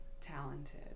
talented